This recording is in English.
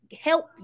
help